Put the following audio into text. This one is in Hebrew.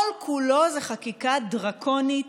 כל-כולו זה חקיקה דרקונית,